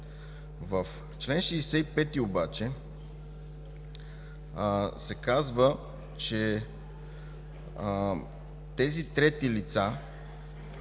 В чл. 65 обаче се казва, че тези трети лица